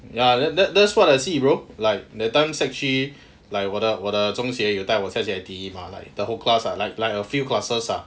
ya then that that's what I say bro like that time sec three like 我的我的中学有带我我下去 I_T_E mah like the whole class lah like like a few classes ah